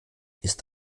ist